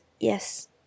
Yes